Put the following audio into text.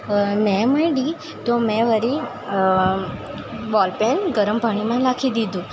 મે માંયડી તો મેં વળી બોલપેન ગરમ પાણીમાં નાખી દીધું